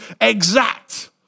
exact